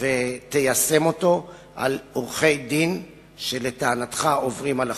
ותיישם אותו על עורכי-דין שלטענתך עוברים על החוק.